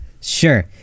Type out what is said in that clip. Sure